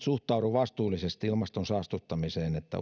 suhtaudu vastuullisesti ilmaston saastuttamiseen